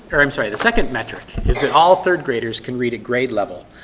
or i'm sorry, the second metric is that all third graders can read at grade level.